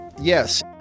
Yes